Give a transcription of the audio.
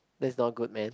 that's not good man